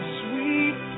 sweet